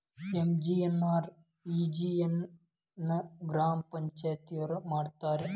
MGNREGA ನ ಗ್ರಾಮ ಪಂಚಾಯತಿಯೊರ ಮಾಡ್ತಾರಾ?